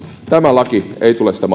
tämä laki ei tule sitä